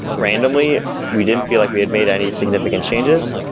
randomly we didn't feel like we had made any significant changes.